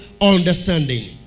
understanding